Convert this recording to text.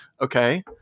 okay